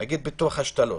נגיד, ביטוח השתלות.